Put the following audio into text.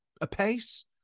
apace